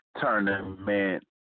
tournament